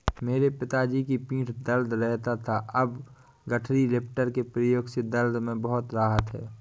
मेरे पिताजी की पीठ दर्द रहता था अब गठरी लिफ्टर के प्रयोग से दर्द में बहुत राहत हैं